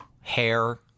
hair